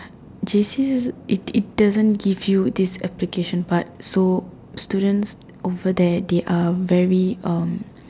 J_C it it doesn't give you this application part so students over there they are very um